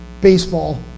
baseball